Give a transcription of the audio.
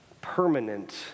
permanent